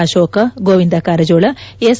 Ashoka Govind Karjol S